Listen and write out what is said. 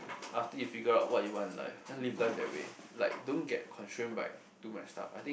after you figure out what you want then live life that way like don't get constrained by too much stuff I think